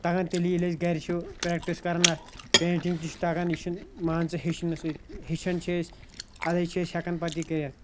تَگان تیٚلی ییٚلہِ أسۍ گَرِ چھِ پرٛٮ۪کٹِس کَران اَتھ پینٹِنٛگ تہِ چھُ تَگان یہِ چھُنہٕ مان ژٕ ہیٚچھنہٕ سٕتۍ ہیٚچھَن چھِ أسۍ اَدَے چھِ أسۍ ہٮ۪کَن پَتہٕ یہِ کٔرِتھ